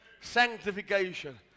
sanctification